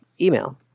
email